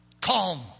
Calm